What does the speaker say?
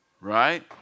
right